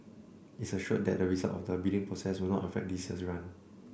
it assured that the result of the bidding process will not affect this year's run